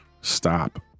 Stop